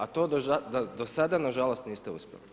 A to do sada nažalost niste uspjeli.